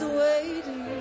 waiting